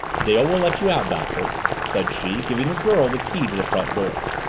dale will let you out, doctor, said she, giving the girl the key to the front door.